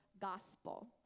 gospel